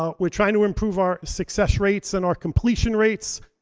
ah we're trying to improve our success rates and our completion rates.